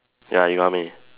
ya you got how many